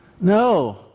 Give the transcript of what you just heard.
No